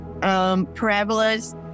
parabolas